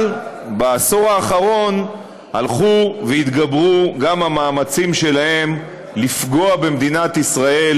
אבל בעשור האחרון הלכו והתגברו גם המאמצים שלהם לפגוע במדינת ישראל